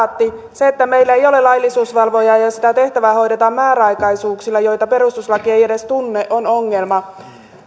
se että meillä ei ole laillisuusvalvojaa ja ja sitä tehtävää hoidetaan määräaikaisuuksilla joita perustuslaki ei edes tunne on ongelma